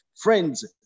Friends